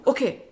Okay